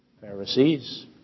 Pharisees